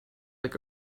like